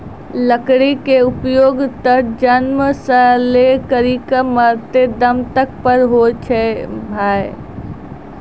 लकड़ी के उपयोग त जन्म सॅ लै करिकॅ मरते दम तक पर होय छै भाय